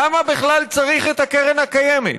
למה בכלל צריך את הקרן הקיימת?